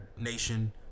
nation